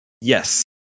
Yes